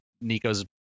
nico's